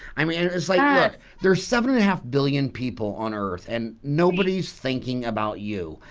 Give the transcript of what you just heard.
i mean it's like what there's seven and a half billion people on earth and nobody's thinking about you.